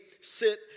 sit